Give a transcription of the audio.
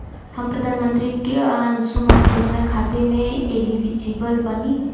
हम प्रधानमंत्री के अंशुमान योजना खाते हैं एलिजिबल बनी?